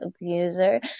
abuser